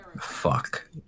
fuck